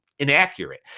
inaccurate